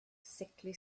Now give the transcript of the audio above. sickly